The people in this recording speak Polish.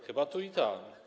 Chyba tu i tam.